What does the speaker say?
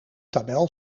tabel